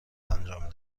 انجام